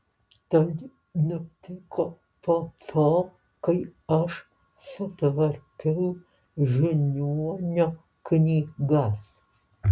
tai nutiko po to kai aš sutvarkiau žiniuonio knygas